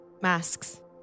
masks